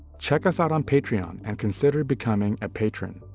check us out on patreon and consider becoming a patron.